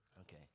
Okay